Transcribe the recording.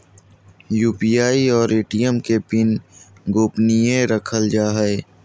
UPI और ATM के PIN गोपनीय रखल जा हइ